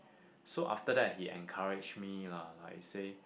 so after that he encourage me lah like say